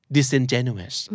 Disingenuous